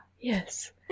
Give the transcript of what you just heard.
yes